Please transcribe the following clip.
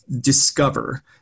discover